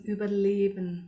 Überleben